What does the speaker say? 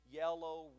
yellow